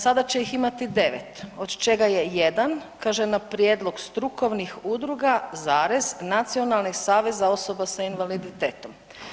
Sada će ih imati 9, od čega je jedan, kaže na prijedlog strukovnih udruga, zarez, nacionalnih saveza osoba s invaliditetom.